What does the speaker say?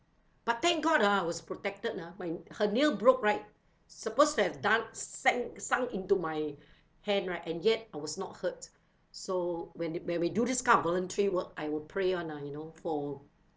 but thank god ah I was protected ah when her nail broke right supposed to have done sank sunk into my hand right and yet I was not hurt so when we when we do this kind of voluntary work I would pray [one] ah you know for